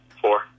Four